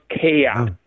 chaos